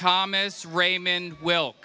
thomas raymond will